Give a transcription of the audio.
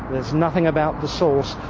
there's nothing about the source,